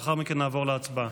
לאחר מכן נעבור להצבעה.